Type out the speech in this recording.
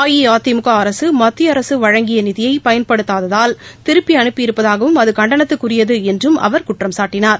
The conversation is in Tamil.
அஇஅதிமுக அரசுமத்திய அரசுவழங்கிய நிதியைபயன்படுத்தால் திருப்பிஅனுப்பியிருப்பதாகவும் அதுகண்டனத்திற்குரியதுஎன்றும் அவர் குற்றம்சாட்டினார்